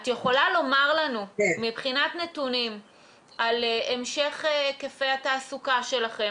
האם את יכולה לומר לנו מבחינת נתונים על המשך היקפי התעסוקה שלכם?